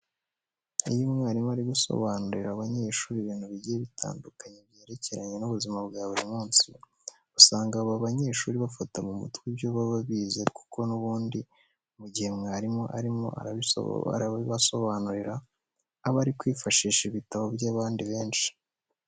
Iyo umwarimu ari gusobanurira abanyeshuri ibintu bigiye bitandukanye byerekeranye n'ubuzima bwa buri munsi, usanga aba banyeshuri bafata mu mutwe ibyo baba bize kuko n'ubundi mu gihe mwarimu arimo arabasobanurira, aba ari kwifashisha ibitabo by'abandi benshi.